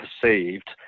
perceived